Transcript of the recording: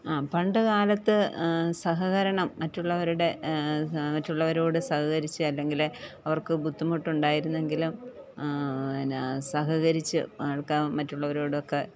ആ പണ്ട് കാലത്ത് സഹകരണം മറ്റുള്ളവരുടെ മറ്റുള്ളവരോട് സഹകരിച്ച് അല്ലെങ്കിൽ അവർക്ക് ബുദ്ധിമുട്ടുണ്ടായിരുന്നെങ്കിലും പിന്നെ സഹകരിച്ച് ആൾക്കാ മറ്റുള്ളവരോടൊക്കെ